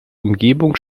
umgebung